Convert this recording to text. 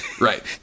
Right